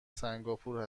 سنگاپور